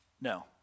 No